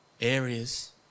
areas